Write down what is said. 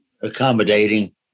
accommodating